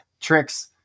tricks